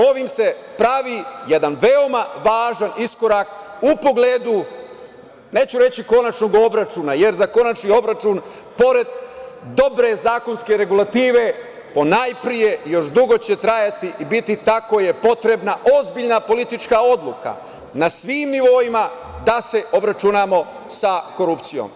Ovim se pravi jedan veoma važan iskorak u pogledu, neću reći, konačnog obračuna, jer za konačni obračun, pored dobre zakonske regulative, ponajpre, još dugo će trajati i biti ta kom je potrebna ozbiljna politička odluka na svim nivoima da se obračunamo sa korupcijom.